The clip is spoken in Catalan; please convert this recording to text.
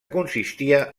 consistia